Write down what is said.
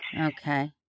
Okay